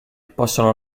possono